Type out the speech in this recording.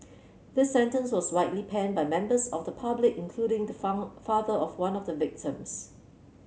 this sentence was widely panned by members of the public including the father of one of the victims